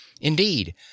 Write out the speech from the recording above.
Indeed